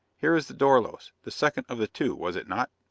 here is the dorlos the second of the two, was it not?